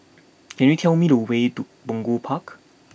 can you tell me the way to Punggol Park